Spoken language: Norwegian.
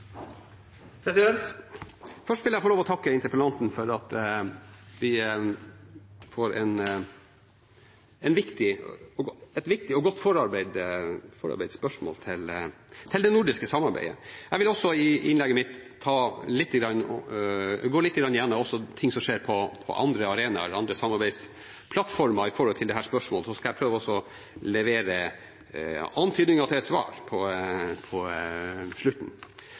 Først vil jeg få lov til å takke interpellanten for at vi får et viktig og godt forarbeidet spørsmål til det nordiske samarbeidet. Jeg vil også i innlegget mitt gå litt gjennom ting som skjer på andre arenaer og andre samarbeidsplattformer med hensyn til dette spørsmålet. Så skal jeg prøve å levere antydninger til et svar på slutten. Dette er et spørsmål som bør stå høyt på